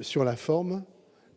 sur la forme,